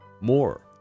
More